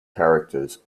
characters